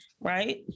right